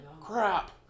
crap